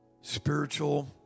Spiritual